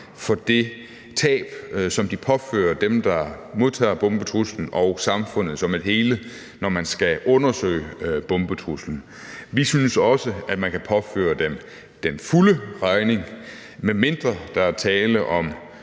for det tab, som de påfører dem, der modtager bombetruslen, og samfundet som et hele, når man skal undersøge bombetruslen. Vi synes også, at man kan påføre dem den fulde regning. Medmindre der er tale om